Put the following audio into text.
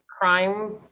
crime